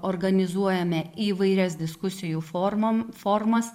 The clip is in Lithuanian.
organizuojame įvairias diskusijų formom formas